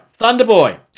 Thunderboy